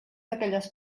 aquelles